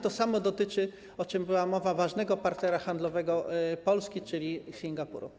To samo dotyczy, o czym była mowa, ważnego partnera handlowego Polski, czyli Singapuru.